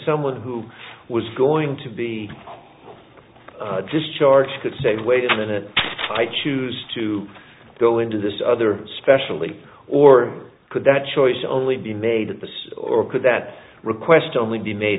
someone who was going to be discharged could say wait a minute i choose to go into this other specially or could that choice only be made or could that request only be made